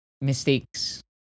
mistakes